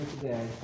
today